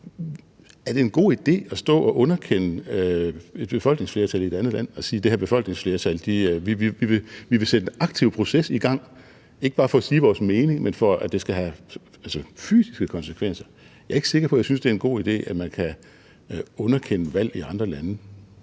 om det er en god idé at stå og underkende et befolkningsflertal i et andet land og sige, at vi vil sætte en aktiv proces i gang, ikke bare for at sige vores mening, men for at det skal have fysiske konsekvenser. Jeg er ikke sikker på, at jeg synes, det er en god idé, at man kan underkende valg i andre lande.